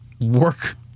work